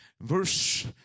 verse